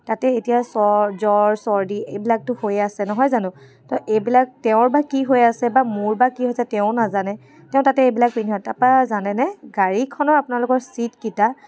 তাতে এতিয়া চৰ জ্বৰ চৰ্দি এইবিলাকতো হৈয়ে আছে নহয় জানো তো এইবিলাক তেওঁৰ বা কি হৈ আছে বা মোৰ বা কি হৈছে তেওঁ নাজানে তেওঁ তাতে এইবিলাক পিন্ধা নাই তাৰপৰা জানেনে গাড়ীখনৰ আপোনালোকৰ ছিটকেইটা